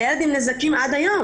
הילד עם נזקים עד היום.